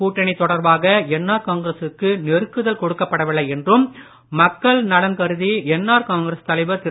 கூட்டணி தொடர்பாக என்ஆர் காங்கிரசுக்கு நெருக்குதல் கொடுக்கப்படவில்லை என்றும் மக்கள் நலன் கருதி என்ஆர் காங்கிரஸ் தலைவர் திரு